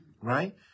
Right